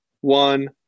one